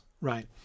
Right